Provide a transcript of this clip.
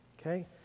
okay